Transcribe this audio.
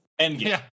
Endgame